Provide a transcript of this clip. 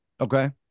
Okay